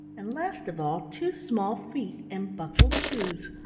and last of all two small feet in buckled shoes.